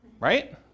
Right